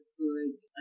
good